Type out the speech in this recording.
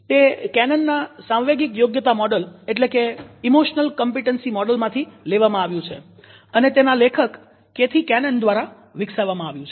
તે કેનન ના સાંવેગિક યોગ્યતા મોડેલ માંથી લેવામાં આવ્યું છે અને તેના લેખક કેથી કેનન દ્વારા વિકસાવામાં આવ્યું છે